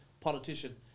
politician